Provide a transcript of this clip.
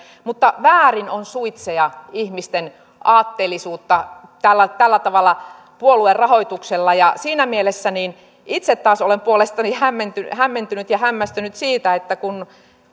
mutta väärin on suitsia ihmisten aatteellisuutta tällä tällä tavalla puoluerahoituksella siinä mielessä itse taas olen puolestani hämmentynyt hämmentynyt ja hämmästynyt siitä että kun